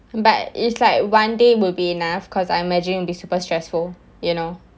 but it's like one day will be enough because I imagine be super stressful you know